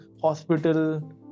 hospital